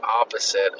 opposite